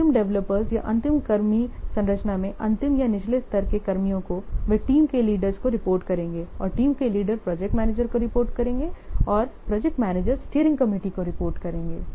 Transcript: अंतिम डेवलपर्स या अंतिम कर्मी संरचना में अंतिम या निचले स्तर के कर्मियों को वे टीम के लीडर्स को रिपोर्ट करेंगे और टीम के लीडर्स प्रोजेक्ट मैनेजर को रिपोर्ट करेंगे और प्रोजेक्ट मैनेजर स्टीयरिंग कमिटी को रिपोर्ट करेंगे